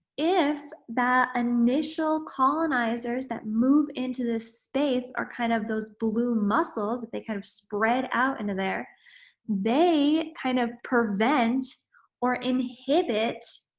if that initial colonizers that move into this space are kind of those blue mussels they kind of spread out into there they kind of prevent or inhibit